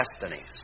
destinies